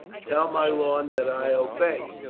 tell my lord that i obey,